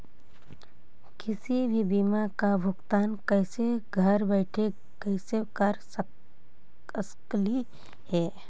किसी भी बीमा का भुगतान कैसे घर बैठे कैसे कर स्कली ही?